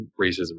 racism